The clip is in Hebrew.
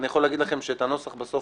ואני יכול להגיד לכם שאת הנוסח בסוף,